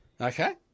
Okay